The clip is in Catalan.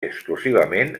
exclusivament